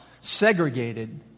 segregated